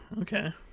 okay